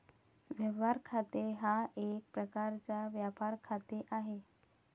व्यवहार खाते हा एक प्रकारचा व्यापार खाते आहे